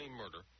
murder